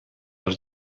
els